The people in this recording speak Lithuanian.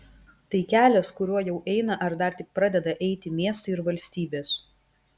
tai kelias kuriuo jau eina ar dar tik pradeda eiti miestai ir valstybės